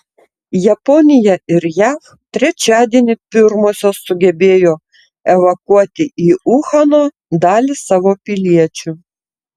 japonija ir jav trečiadienį pirmosios sugebėjo evakuoti į uhano dalį savo piliečių